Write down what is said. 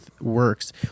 works